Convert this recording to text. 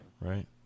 right